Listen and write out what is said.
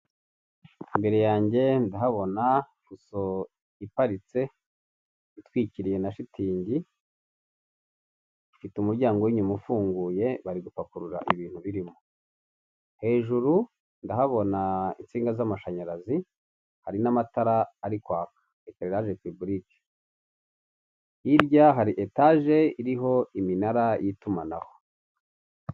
Imbere yanjye ndahabona fuso iparitse itwikiriwe na shitingi, Ifite umuryango w'inyuma ufunguye bari gupakurura ibintu birimo. Hejuru ndahabona insinga z'amashanyarazi, hari n'amatara ari kwaka. Hirya, hari etage iriho iminara y'itumanaho.